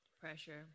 Pressure